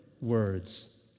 words